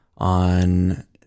On